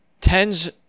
Tens